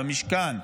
במשכן,